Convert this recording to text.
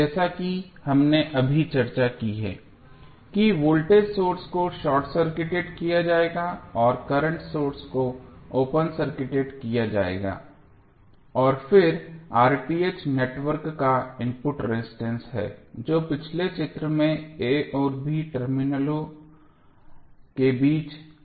जैसा कि हमने अभी चर्चा की है कि वोल्टेज सोर्स को शार्ट सर्किटेड किया जाएगा और करंट सोर्स को ओपन सर्किटेड किया जाएगा और फिर नेटवर्क का इनपुट रेजिस्टेंस है जो पिछले चित्र में a और b टर्मिनलों के बीच दिख रहा है